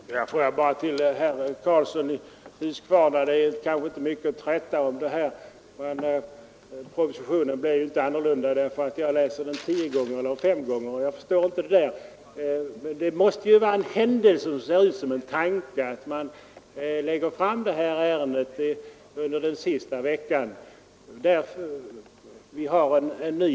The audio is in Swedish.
Fru talman! Jag vill till herr Karlsson i Huskvarna säga att detta inte är mycket att träta om. Propositionen blir inte annorlunda om jag läser den fem eller tio gånger. Men det är en händelse som ser ut som en tanke att man lägger fram detta ärende under den sista veckan av sessionen.